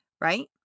Right